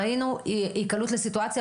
ראינו היקלעות לסיטואציה.